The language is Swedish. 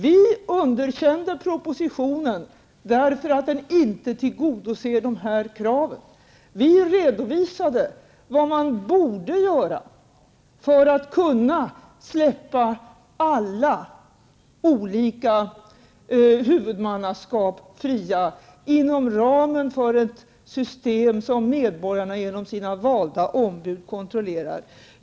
Vi underkände propositionen eftersom den inte tillgodosåg dessa krav. Vi redovisade vad man borde göra för att kunna släppa alla olika huvudmannaskap fria inom ramen för ett system som medborgarna genom sina valda ombud kontrollerar.